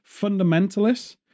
fundamentalists